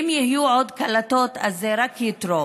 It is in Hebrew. ואם יהיו עוד קלטות, זה רק יתרום.